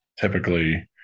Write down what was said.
typically